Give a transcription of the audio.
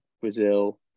Brazil